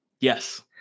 Yes